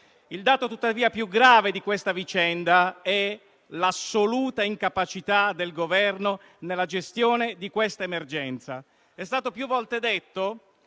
Il dato tuttavia più grave di questa vicenda è l'assoluta incapacità del Governo nella gestione di questa emergenza. È stato più volte detto